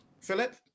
Philip